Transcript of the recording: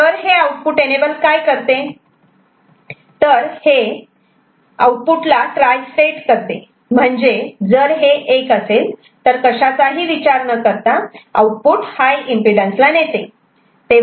तर हे output enable काय करते तर हे आउटपुट ला ट्रायस्टेट करते म्हणजे जर हे 1 असेल तर कशाचाही विचार न करता आउटपुट हाय एम्पिडन्स ला जाते